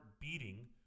beating